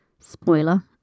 Spoiler